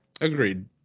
Agreed